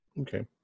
Okay